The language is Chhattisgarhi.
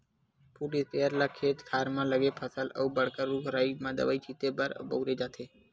फुट इस्पेयर ल खेत खार म लगे फसल अउ बड़का रूख राई म दवई छिते बर बउरे जाथे